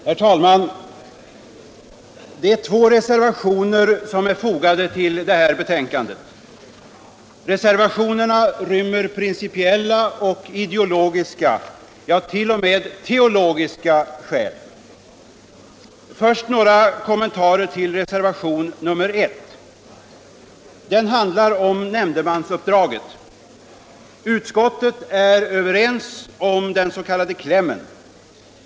Herr talman! Två reservationer är fogade till detta betänkande. Reservationerna ryrhmer principiella och ideologiska —- ja, t.o.m. teologiska skäl. Först några kommentarer till reservationen 1. Den handlar om nämndemansuppdraget. Vi i utskottet är överens om den s.k. klämmen.